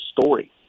story